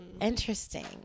Interesting